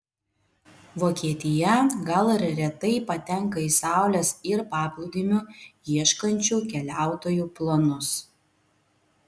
vokietija gal ir retai patenka į saulės ir paplūdimių ieškančių keliautojų planus